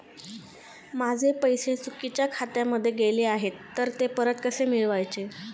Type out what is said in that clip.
माझे पैसे चुकीच्या खात्यामध्ये गेले आहेत तर ते परत कसे मिळवायचे?